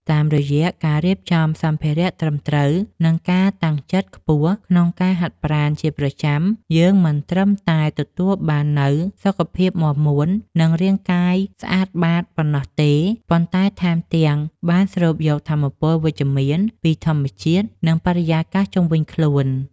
តាមរយៈការរៀបចំសម្ភារៈត្រឹមត្រូវ និងការតាំងចិត្តខ្ពស់ក្នុងការហាត់ប្រាណជាប្រចាំ យើងមិនត្រឹមតែទទួលបាននូវសុខភាពមាំមួន និងរាងកាយស្អាតបាតប៉ុណ្ណោះទេ ប៉ុន្តែថែមទាំងបានស្រូបយកថាមពលវិជ្ជមានពីធម្មជាតិ និងបរិយាកាសជុំវិញខ្លួន។។